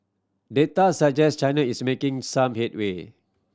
Data suggest China is making some headway